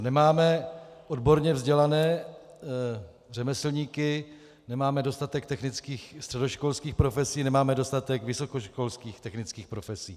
Nemáme odborně vzdělané řemeslníky, nemáme dostatek technických středoškolských profesí, nemáme dostatek vysokoškolských technických profesí.